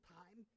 time